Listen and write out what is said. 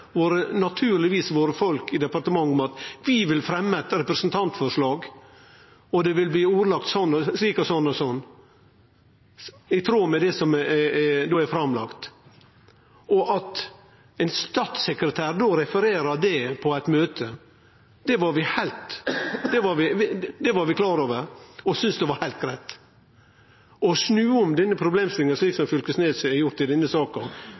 våre folk i departementet om at vi ville fremje eit representantforslag, og at det ville bli ordlagt slik og slik, i tråd med det som er lagt fram. At ein statssekretær då refererer det på eit møte, var vi heilt klar over og syntest var heilt greitt. Å snu om på denne problemstillinga slik som Knag Fylkesnes har gjort i denne saka,